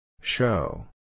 Show